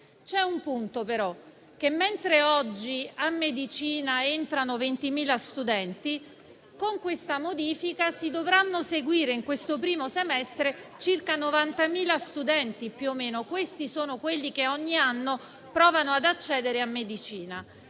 C'è un punto però da considerare: mentre oggi a medicina entrano 20.000 studenti, con la modifica si dovranno seguire in questo primo semestre circa 90.000 studenti; questi sono quelli che ogni anno provano ad accedere alla